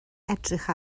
edrych